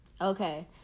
Okay